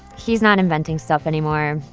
he's not inventing stuff anymore.